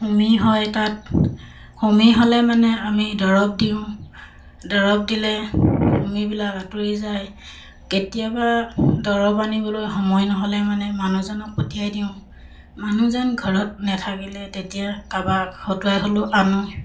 হোমি হয় তাত হোমি হ'লে মানে আমি দৰৱ দিওঁ দৰৱ দিলে হোমিবিলাক আঁতৰি যায় কেতিয়াবা দৰৱ আনিবলৈ সময় নহ'লে মানে মানুহজনক পঠিয়াই দিওঁ মানুহজন ঘৰত নেথাকিলে তেতিয়া কাৰোবাক হতুৱাই হ'লেও আনোঁ